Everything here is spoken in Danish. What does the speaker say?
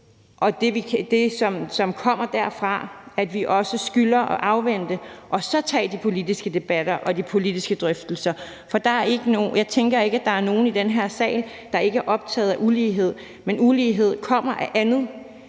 og det, som kommer derfra, skylder at afvente og så tage de politiske debatter og de politiske drøftelser. For jeg tænker ikke, at der er nogen i den her sal, der ikke er optaget af ulighed. Men ulighed kommer af andet